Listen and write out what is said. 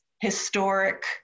historic